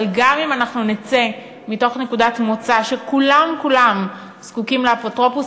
אבל גם אם אנחנו נצא מתוך נקודת מוצא שכולם כולם זקוקים לאפוטרופוס,